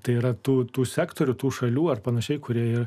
tai yra tų tų sektorių tų šalių ar pan kurie